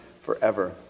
forever